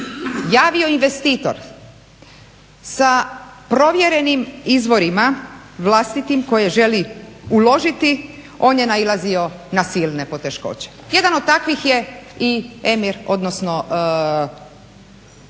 javio investitor sa provjerenim izvorima vlastitim koje želi uložiti on je nailazi na silne poteškoće. Jedan od takvih je i emir odnosno